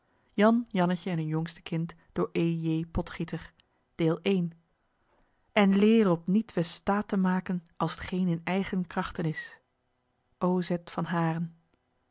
jannetje en hun jongste kind en leer op nietwes staat te maken als t geen in eigen krachten is